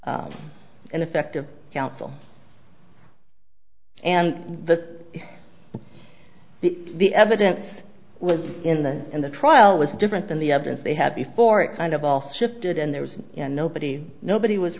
ineffective counsel and the the the evidence was in the in the trial was different than the others they had before it kind of all shifted and there was nobody nobody was